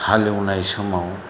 हालएवनाय समाव